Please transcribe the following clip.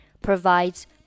provides